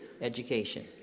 education